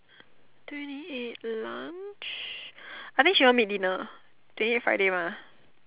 twenty eight lunch I think she won't meet dinner twenty eight Friday mah